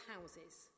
houses